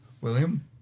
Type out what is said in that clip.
William